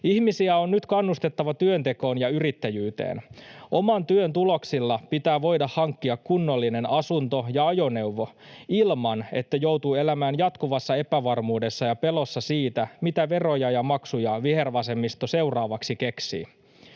Ihmisiä on nyt kannustettava työntekoon ja yrittäjyyteen. Oman työn tuloksilla pitää voida hankkia kunnollinen asunto ja ajoneuvo, ilman että joutuu elämään jatkuvassa epävarmuudessa ja pelossa siitä, mitä veroja ja maksuja vihervasemmisto seuraavaksi keksii.